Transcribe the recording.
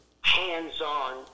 hands-on